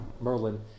Merlin